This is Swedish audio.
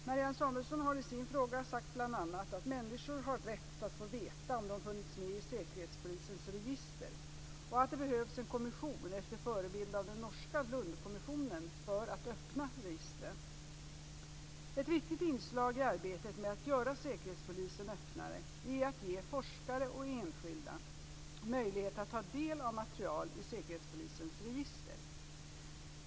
Marianne Samuelsson har i sin fråga sagt bl.a. att människor har rätt att få veta om de funnits med i Säkerhetspolisens register och att det behövs en kommission efter förebild av den norska Lundkommissionen för att öppna registren. Ett viktigt inslag i arbetet med att göra Säkerhetspolisen öppnare är att ge forskare och enskilda möjlighet att ta del av material i Säkerhetspolisens register.